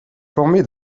formé